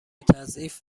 تعضیف